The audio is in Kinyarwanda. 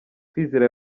kwizera